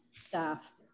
staff